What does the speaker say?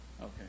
Okay